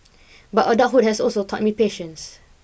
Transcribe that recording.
but adulthood has also taught me patience